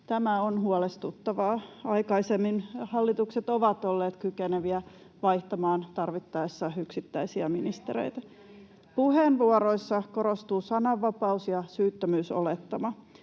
Tämä on huolestuttavaa. Aikaisemmin hallitukset ovat olleet kykeneviä vaihtamaan tarvittaessa yksittäisiä ministereitä. [Jenna Simula: Ei oppositio niistä päätä!] Puheenvuoroissa korostuu sananvapaus ja syyttömyysolettama.